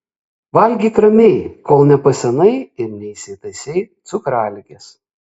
valgyk ramiai kol nepasenai ir neįsitaisei cukraligės